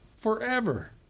forever